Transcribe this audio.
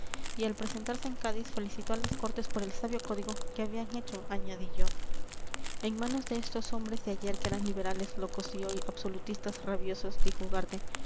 y al presentarse en cádiz felicitó a las cortes por el sabio código que habían hecho añadí yo en manos de estos hombres que ayer eran liberales locos y hoy absolutistas rabiosos dijo ugarte